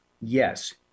yes